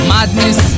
Madness